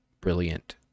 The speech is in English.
brilliant